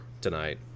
tonight